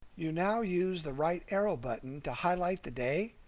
you now use the right arrow button to highlight the day,